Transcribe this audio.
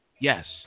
Yes